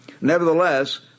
Nevertheless